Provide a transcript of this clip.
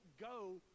go